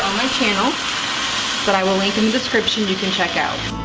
my channel that i will link and description you can check out.